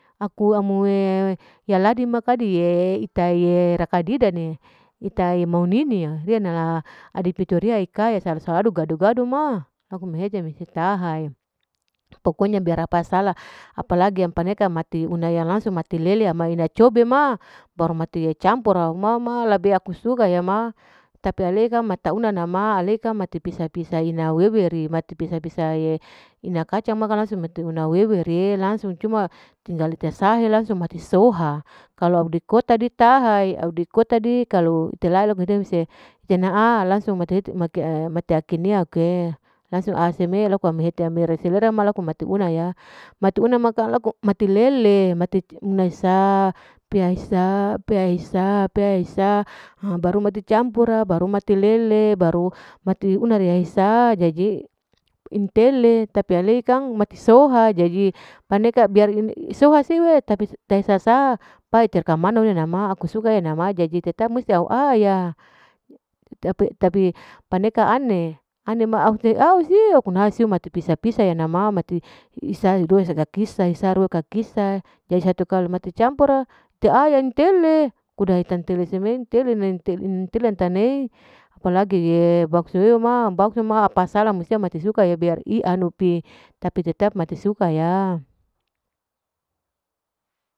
Aku amu e iya ladi ma kadi e ita'e rakadida'e, ita'e mau ninu'o adepito riyaka saladu gado-gado ma, laku mehete mese taha'e, pokonya apa sala apa lagi paneke langsung mate lele ameina cobe ma baru mate campur mama lebe aku suka ma, tapi aleka mata una nama, aleka mati pisa-pisa ina weweri, mati pisa-pisa ina kacang makang langsung mati una aweweri, cuman tinggal dikasahe langsung mati soha, kalu audi kota taha 'e audi kota di kalu, telaa laku auhete mese eterna'a, langsung mate hete mate aker niak'e, langsung a'a seme laku ami hete ami selera ma laku mati unaya, mati una kang mati lele, mati hisa, pea hisa, pea hisa, pea hisa, baru campur ma baru mati lele, baru mati una riya hisa jadi, intele tapi aley kang mati soha jadi paneka biar soha siu'e tapi tahi sasa pai tarkamana neunama aku suka nama jadi tetap musti au aya, tapi paneka ane, ane ma au siu kuna siu mati pisa-pisa yanama mati isa due segala kisa, kisa rua hi kisa, satu kali mati campur'a, te'a entele, kuda tantele seme eantele nei entele tanei, apa lagi bakso yo ma, bakso ma apa sala musia mati suka ya biar ianu pi, tapi tetap mati suka ya.